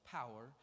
power